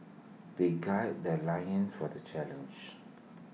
they guide their loins for the challenge